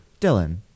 Dylan